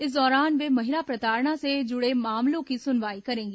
इस दौरान वे महिला प्रताड़ना से जुड़े मामलों की सुनवाई करेंगी